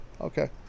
Okay